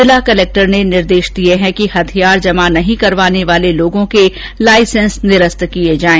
जिला कलेक्टर ने निर्देश दिये हैं कि हथियर जमा नहीं करवाने वाले लोगों के लाइसेंस निरस्त किये जायें